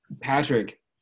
Patrick